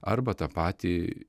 arba tą patį